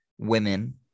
Women